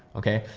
okay.